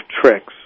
tricks